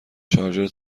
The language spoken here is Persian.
شارژر